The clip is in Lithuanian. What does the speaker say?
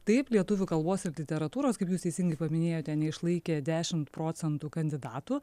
taip lietuvių kalbos ir literatūros kaip jūs teisingai paminėjote neišlaikė dešimt procentų kandidatų